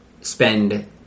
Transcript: spend